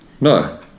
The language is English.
no